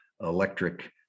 electric